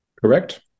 Correct